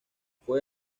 fue